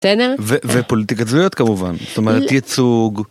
ופוליטיקת זהויות כמובן, זאת אומרת ייצוג.